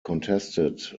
contested